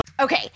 Okay